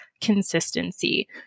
consistency